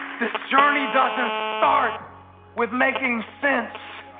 this journey doesn't start with making sense.